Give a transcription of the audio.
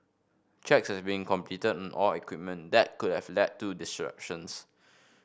checks has been completed on all equipment that could have led to disruptions